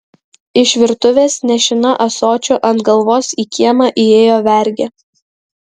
iš virtuvės nešina ąsočiu ant galvos į kiemą įėjo vergė